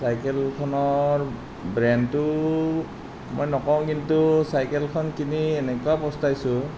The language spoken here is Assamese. চাইকেলখনৰ ব্ৰেণ্ডটো মই নকওঁ কিন্তু চাইকেলখন কিনি এনেকুৱা পস্তাইছোঁ